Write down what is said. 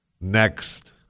Next